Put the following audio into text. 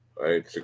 Right